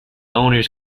owners